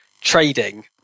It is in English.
trading